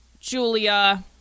julia